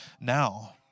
now